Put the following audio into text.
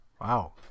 Wow